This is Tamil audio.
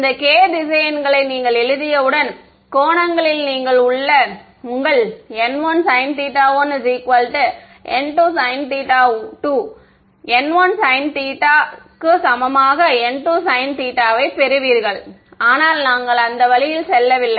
இந்த k வெக்டர் களை நீங்கள் எழுதியவுடன் கோணங்களில் நீங்கள் உங்கள் n1sinθ1n2sinθ2 n1sinθ சமமாக n2sinθ வை பெறுவீர்கள் ஆனால் நாங்கள் அந்த வழியில் செல்லவில்லை